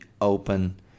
open